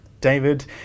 David